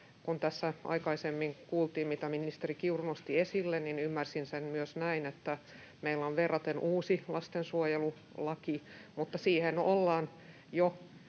kun tässä aikaisemmin kuultiin, mitä ministeri Kiuru nosti esille, ymmärsin sen myös näin, että meillä on verraten uusi lastensuojelulaki mutta siihen ollaan jo